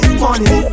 money